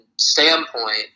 standpoint